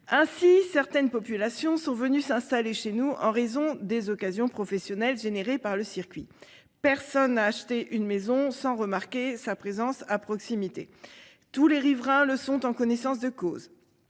Ainsi, certaines populations sont venues s'installer chez nous en raison des occasions professionnelles générées par le circuit. Personne n'a acheté une maison sans remarquer sa présence à proximité. Tous les riverains le sont en connaissance de cause.